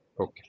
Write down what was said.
okay